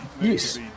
Yes